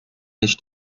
nicht